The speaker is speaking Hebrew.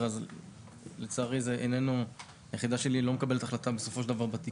אז לצערי היחידה שלי לא מקבלת החלטה בתיקים.